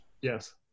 Yes